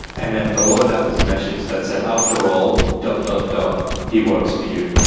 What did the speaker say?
and then below that was a message that said after all dot dot dot. he works for you.